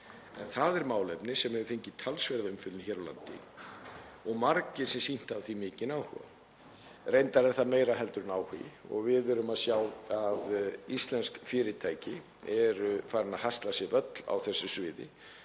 en það er málefni sem hefur fengið talsverða umfjöllun hér á landi og margir hafa sýnt því mikinn áhuga. Reyndar er það meira en áhugi, við erum að sjá að íslensk fyrirtæki eru farin að hasla sér völl á þessu sviði